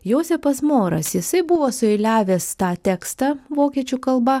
josepas moras jisai buvo sueiliavęs tą tekstą vokiečių kalba